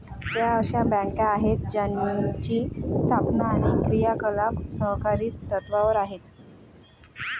त्या अशा बँका आहेत ज्यांची स्थापना आणि क्रियाकलाप सहकारी तत्त्वावर आहेत